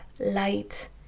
light